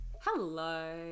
Hello